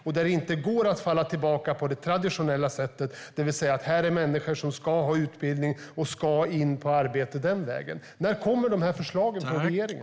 Det går inte att falla tillbaka till det traditionella sättet och säga att här finns människor som ska ha utbildning och som ska in på arbete den vägen. När kommer förslagen från regeringen?